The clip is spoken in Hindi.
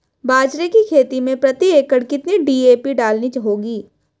बाजरे की खेती में प्रति एकड़ कितनी डी.ए.पी डालनी होगी?